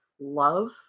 love